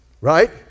Right